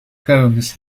combs